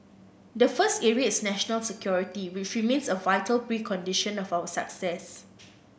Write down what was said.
the first area is national security which remains a vital precondition of our success